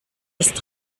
ist